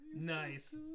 Nice